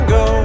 go